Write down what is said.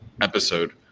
episode